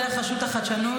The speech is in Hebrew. דרך רשות החדשנות,